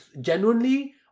genuinely